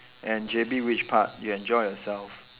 and J_B which part you enjoy yourself